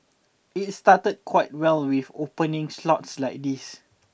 it started quite well with opening slots like these